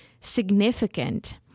significant